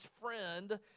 friend